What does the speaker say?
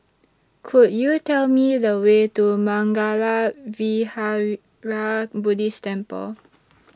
Could YOU Tell Me The Way to Mangala Vihara Buddhist Temple